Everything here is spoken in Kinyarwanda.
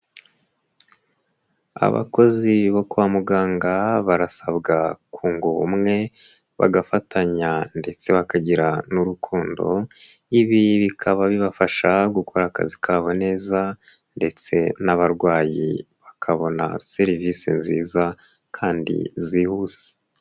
Abakozi bo kwa muganga barasabwa kunga ubumwe bagafatanya ndetse bakagira n'urukundo, ibi bikaba bibafasha gukora akazi kabo neza ndetse n'abarwayi bakabona serivise nziza kandi zihuse.